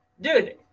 Dude